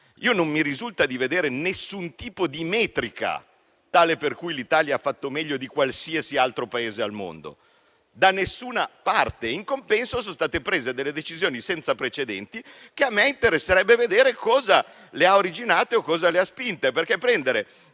Non mi risulta di vedere alcun tipo di metrica tale per cui l'Italia ha fatto meglio di qualsiasi altro Paese al mondo, da nessuna parte. In compenso, sono state prese decisioni senza precedenti e a me interesserebbe capire cosa le abbia originate o le abbia spinte. Perché prendere